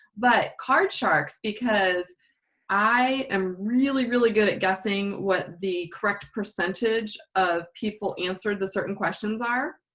but card sharks because i am really really good at guessing what the correct percentage of people answered the certain questions are.